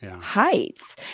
heights